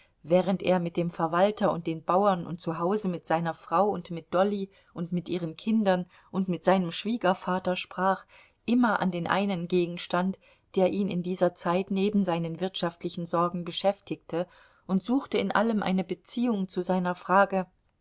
während er mit dem verwalter und den bauern und zu hause mit seiner frau und mit dolly und mit ihren kindern und mit seinem schwiegervater sprach immer an den einen gegenstand der ihn in dieser zeit neben seinen wirtschaftlichen sorgen beschäftigte und suchte in allem eine beziehung zu seiner frage